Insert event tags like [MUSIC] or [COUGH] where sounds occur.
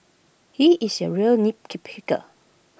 he is A real [UNINTELLIGIBLE]